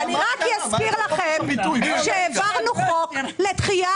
אני רק אזכיר לכם שהעברנו חוק לדחייה